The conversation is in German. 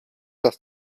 dass